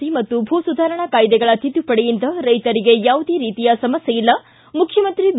C ಮತ್ತು ಭೂ ಸುಧಾರಣಾ ಕಾಯ್ದೆಗಳ ತಿದ್ದುಪಡಿಯಿಂದ ರೈತರಿಗೆ ಯಾವುದೇ ರೀತಿಯ ಸಮಸ್ಕೆಯಿಲ್ಲ ಮುಖ್ಯಮಂತ್ರಿ ಬಿ